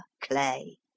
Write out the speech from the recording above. clay